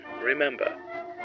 remember